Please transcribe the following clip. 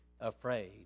afraid